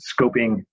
scoping